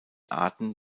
arten